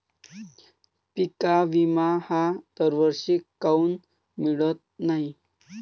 पिका विमा हा दरवर्षी काऊन मिळत न्हाई?